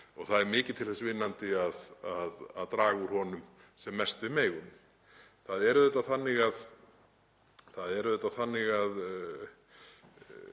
og mikið til þess vinnandi að draga úr honum sem mest við megum. Það er auðvitað þannig að